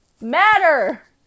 matter